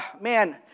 man